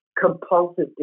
compulsive